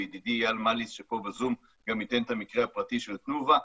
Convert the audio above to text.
וידידי איל מליס שפה בזום גם ייתן את המקרה הפרטי של תנובה,